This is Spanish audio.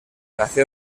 nació